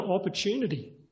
opportunity